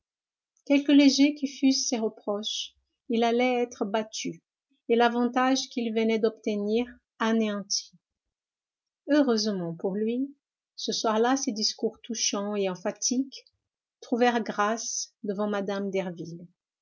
quelque légers que fussent ses reproches il allait être battu et l'avantage qu'il venait d'obtenir anéanti heureusement pour lui ce soir-là ses discours touchants et emphatiques trouvèrent grâce devant mme